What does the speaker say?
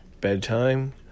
bedtime